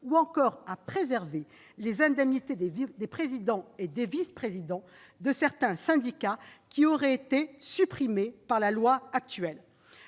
ou encore à préserver les indemnités des présidents et des vice-présidents de certains syndicats, lesquelles auraient été supprimées par la loi actuelle.